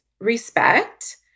respect